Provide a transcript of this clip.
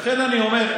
לכן אני אומר,